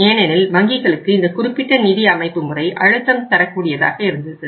ஏனெனில் வங்கிகளுக்கு இந்த குறிப்பிட்ட நிதி அமைப்புமுறை அழுத்தம் தரக்கூடியதாக இருந்தது